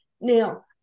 Now